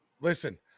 listen